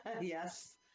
Yes